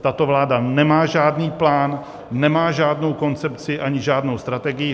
Tato vláda nemá žádný plán, nemá žádnou koncepci ani žádnou strategii.